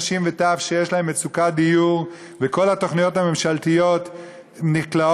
נשים וטף שיש להם מצוקת דיור וכל התוכניות הממשלתיות נקלעות,